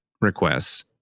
requests